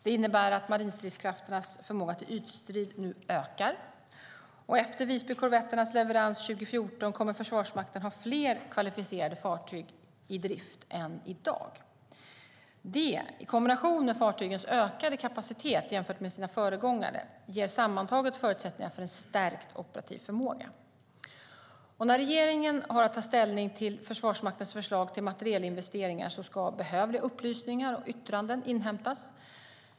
Det innebär att marinstridskrafternas förmåga till ytstrid nu ökar. Efter Visbykorvetternas leverans 2014 kommer Försvarsmakten att ha fler kvalificerade fartyg i drift än i dag. Det, i kombination med fartygens ökade kapacitet jämfört med sina föregångare, ger sammantaget förutsättningar för en stärkt operativ förmåga. När regeringen har att ta ställning till Försvarsmaktens förslag till materielinvesteringar ska behövliga upplysningar och yttranden inhämtas.